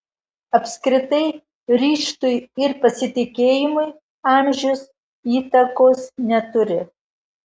apskritai ryžtui ir pasitikėjimui amžius įtakos neturi